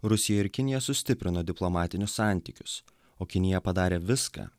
rusija ir kinija sustiprino diplomatinius santykius o kinija padarė viską